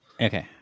okay